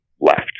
left